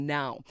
now